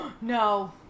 No